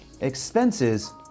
expenses